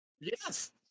Yes